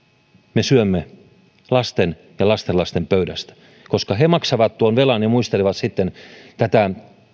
me syömme lasten ja lastenlasten pöydästä koska he maksavat tuon velan ja he muistelevat sitten tätä